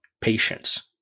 patience